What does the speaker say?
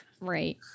right